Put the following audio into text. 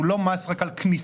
הוא לא מס רק על כניסה,